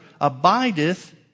abideth